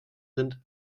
sind